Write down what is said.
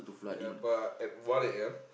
ya but at one A_M